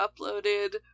uploaded